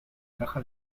caja